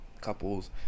couples